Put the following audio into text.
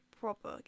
proper